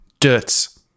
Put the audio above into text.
Dirts